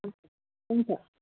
हुन्छ